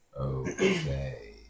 Okay